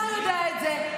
אתה יודע את זה,